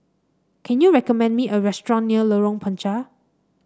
can you recommend me a restaurant near Lorong Panchar